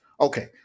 okay